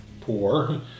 poor